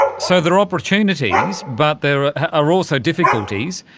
so there are opportunities but there are also difficulties.